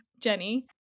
Jenny